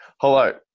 Hello